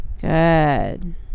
Good